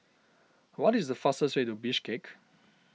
what is the fastest way to Bishkek